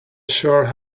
sure